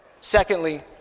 Secondly